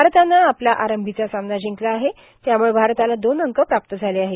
भारतानं आपला आरंभीचा सामना जिंकला त्यामुळं भारताला दोन अंक प्राप्त झाले आहेत